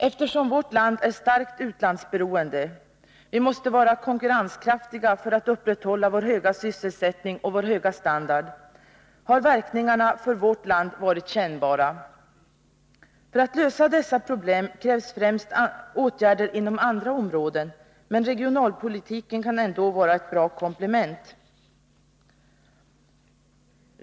Eftersom vårt land är starkt utlandsberoende — vi måste vara konkurrenskraftiga för att upprätthålla vår höga sysselsättning och vår höga standard — har verkningarna för oss ibland varit kännbara. För att lösa dessa problem krävs främst åtgärder inom andra områden, men regionalpolitiken kan ändå vara ett bra komplement.